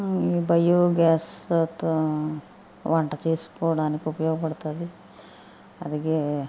bio గ్యాస్తో వంట చేసుకోవడానికి ఉపయోగ పడుతుంది అలాగే